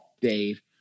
Dave